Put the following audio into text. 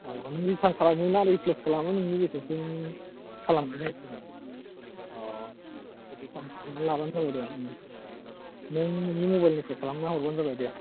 return खालामोना replace खालामो नोंनि गोसोसै नों खालामना नायदो अ रिफान्द खालामना लाबानो जाबाय दे नों नोंनि मबाइलनिफ्राय खालामना हरबानो जाबाय दे